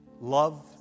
Love